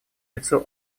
лицо